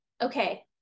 Okay